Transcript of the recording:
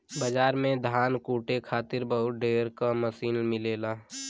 बाजार में धान कूटे खातिर बहुत ढेर क मसीन मिलेला